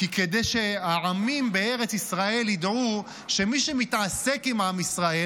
כדי שהעמים בארץ ישראל ידעו שמי שמתעסק עם עם ישראל,